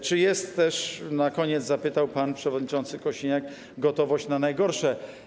Czy jest też, na koniec zapytał pan przewodniczący Kosiniak, gotowość na najgorsze?